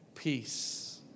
peace